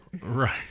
Right